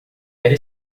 era